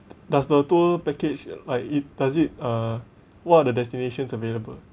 does the tour package like it does it uh what are the destinations available